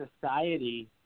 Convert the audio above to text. society